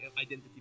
identity